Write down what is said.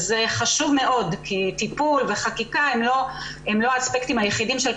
וחשוב מאוד שבפני הוועדה הזאת יהיו